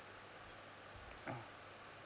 oh